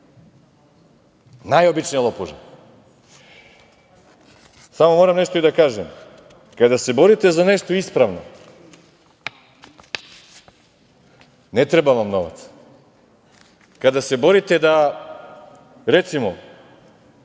Najobičnija lopuža. Samo moram nešto i da kažem. Kada se borite za nešto ispravno, ne treba vam novac. Kada se borite, recimo,